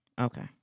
okay